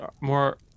more